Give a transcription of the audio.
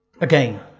Again